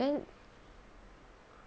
then